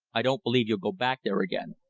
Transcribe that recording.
i don't believe you'll go back there again.